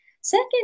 Second